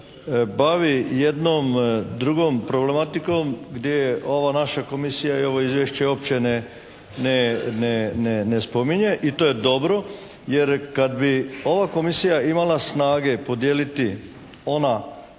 bavi jednom drugom problematikom gdje ova naša komisija i ovo izvješće uopće ne spominje i to je dobro, jer kad bi ova komisija imala snage podijeliti one